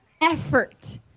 effort